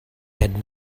had